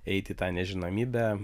eit į tą nežinomybę